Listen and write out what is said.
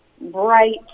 bright